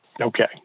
Okay